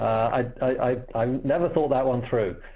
ah i've i've never thought that one through.